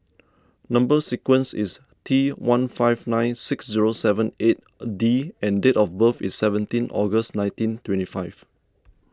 Number Sequence is T one five nine six zero seven eight D and date of birth is seventeen August nineteen twenty five